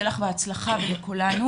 שיהיה לך בהצלחה ולכולנו.